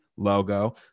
Logo